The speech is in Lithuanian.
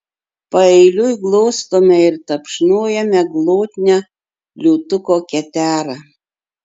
paeiliui glostome ir tapšnojame glotnią liūtuko keterą